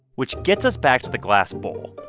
which gets us back to the glass bowl.